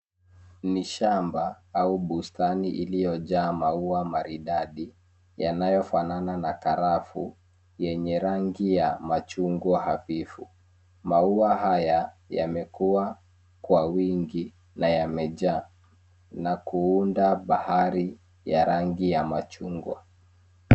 Ni shamba au bustani iliyojaa maua maridadi yanayofanana na karafu yenye rangi ya machungwa hafifu. Maua haya yamemkuwa kwa wingi na yamejaa na kuunda bahari ya rangi ya machungwa.